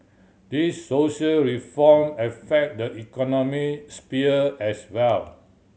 these social reform affect the economic sphere as well